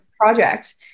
project